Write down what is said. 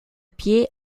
pied